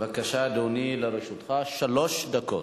בבקשה, אדוני, לרשותך שלוש דקות.